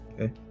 Okay